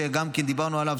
שגם כן דיברנו עליו,